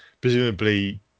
presumably